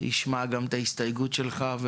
וישמע גם את ההסתייגות שלך.